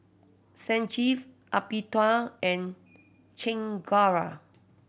Sanjeev Amitabh and Chengara